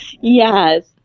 Yes